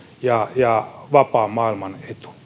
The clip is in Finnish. ja ja vapaan maailman